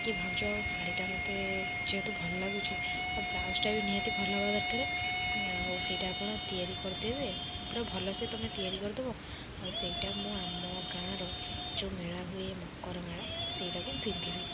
କି ଭାଉଜ ଆଉ ଶାଢ଼ୀଟା ମୋତେ ଯେହେତୁ ଭଲ ଲାଗୁଛି ଆଉ ବ୍ଲାଉଜ୍ଟା ବି ନିହାତି ଭଲ ହେବା ଦରକାରେ ଆଉ ସେଇଟା ଆପଣ ତିଆରି କରିଦେବେ ପୁରା ଭଲ ସେ ତମେ ତିଆରି କରିଦେବ ଆଉ ସେଇଟା ମୁଁ ଆମ ଗାଁର ଯୋଉ ମେଳା ହୁଏ ମକର ମେଳା ସେଇଟାକୁ ପିନ୍ଧିବି